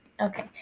okay